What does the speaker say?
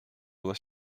doigt